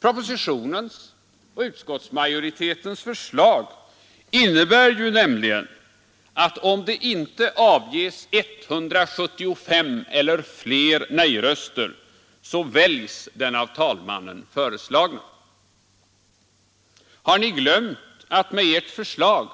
Propositionens och utskottsmajoritetens förslag innebär nämligen att om det icke avges 175 eller fler nej-röster så väljs den av talmannen föreslagne. Har ni glömt att med ert förslag